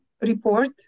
report